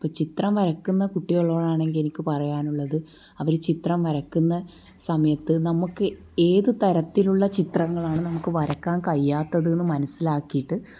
ഇപ്പോൾ ചിത്രം വരക്കുന്ന കുട്ടികളോടാണെങ്കിൽ എനിക്ക് പറയാനുള്ളത് അവർ ചിത്രം വരക്കുന്ന സമയത്ത് നമുക്ക് ഏത് തരത്തിലുള്ള ചിത്രങ്ങളാണ് നമുക്ക് വരക്കാൻ കയ്യാത്തതെന്ന് മനസ്സിലാക്കിയിട്ട്